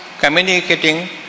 communicating